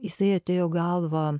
jisai atėjo į galvą